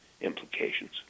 implications